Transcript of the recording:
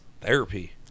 therapy